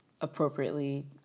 appropriately